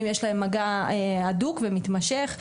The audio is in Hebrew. אם יש להם מגע הדוק ומתמשך,